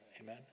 amen